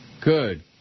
Good